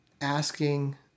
asking